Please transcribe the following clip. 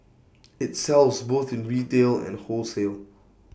IT sells both in retail and in wholesale